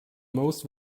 most